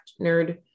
nerd